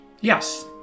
yes